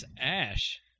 Ash